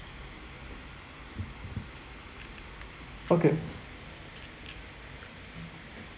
okay